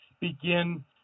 begin